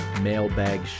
mailbag